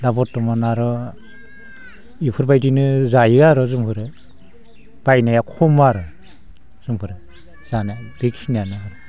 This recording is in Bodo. दा बर्थमान आर' इफोरबायदिनो जायो आरो जोंफोरो बायनाया खम आरो जोंफोरो जानो बेखिनियानो